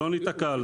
לא נתקע על זה.